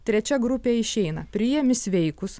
trečia grupė išeina priimi sveikus